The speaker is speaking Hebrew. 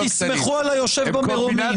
פינדרוס זה תסמכו על היושב במרומים.